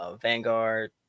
Vanguard